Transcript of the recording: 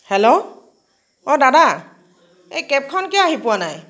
hello অ' দাদা এই কেবখন কিয় আহি পোৱা নাই